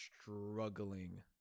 struggling